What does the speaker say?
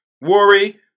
worry